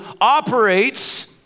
operates